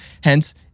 Hence